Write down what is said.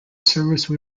service